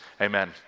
Amen